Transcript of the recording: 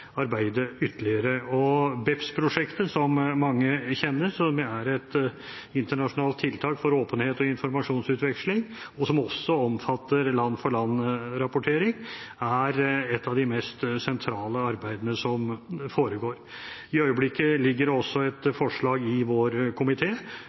arbeidet ytterligere. BEPS-prosjektet, som mange kjenner, et internasjonalt tiltak for åpenhet og informasjonsutveksling, som også omfatter land-for-land-rapportering, er et av de mest sentrale arbeidene som foregår. I øyeblikket ligger det også